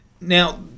Now